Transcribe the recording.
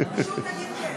תגיד כן.